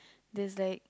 this like